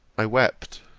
i wept.